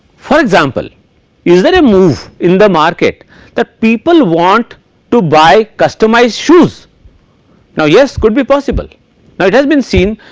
for example is there a move in the market the people want to buy customize shoes now yes could be possible now it has been seen.